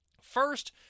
First